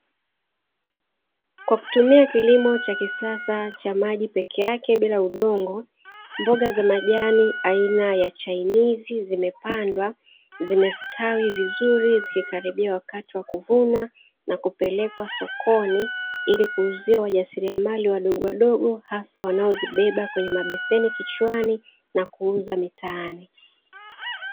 Kwa kutumia kilimo cha kisasa cha maji pekee yake bila udongo mboga za majani aina ya chainizi zimepandwa. Zimestawi vizuri zikikaribia wakati wa kuvunwa na kupelekwa sokoni ili kuuzia wajasiriamali wadogowadogo, hasa wanaozibeba kwenye mabeseni kichwani na kuuza mtaani.